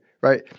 right